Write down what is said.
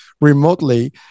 remotely